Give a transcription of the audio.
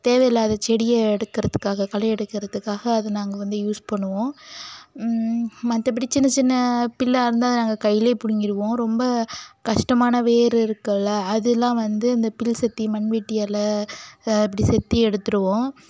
தேவையில்லாத செடியை எடுக்கிறதுக்காக களை எடுக்கிறதுக்காக அதை நாங்கள் வந்து யூஸ் பண்ணுவோம் மற்றப்படி சின்ன சின்ன புல்லா இருந்தால் அதை நாங்கள் கையிலே பிடுங்கிடுவோம் ரொம்ப கஷ்டமான வேர் இருக்குதுல்ல அதெலாம் வந்து இந்த புல் செத்தி மண்வெட்டியால் இப்படி செத்தி எடுத்துடுவோம்